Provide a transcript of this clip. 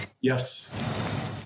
Yes